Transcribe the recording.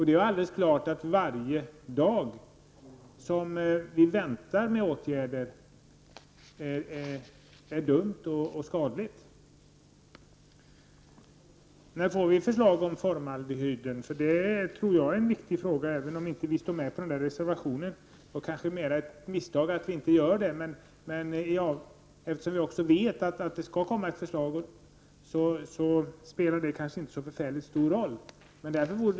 Det är alldeles klart att det är både dumt och skadligt att vänta med åtgärder, och varje dag betyder mycket i det avseendet. När får vi alltså förslag om formaldehyden? Jag tror att det är en viktig fråga. Visserligen står vi inte bakom den reservationen. Det är kanske ett misstag att vi inte gör det. Men vi vet att det skall komma ett förslag, och därför spelar det kanske inte så stor roll att vi inte är med på reservationen.